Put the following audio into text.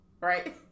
right